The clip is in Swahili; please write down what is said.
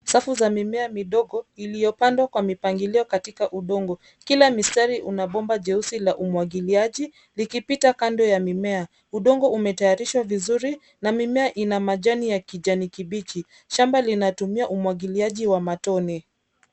Safu za mimea midogo iliyopandwa kwa mipangilio katika udongo. Kila mistari una bomba jeusi la umwagiliaji likipita kando ya mimea. Udongo umetayarishwa vizuri na mimea ina majani ya kijani kibichi. Shamba linatumia umwagiliaji wa matone.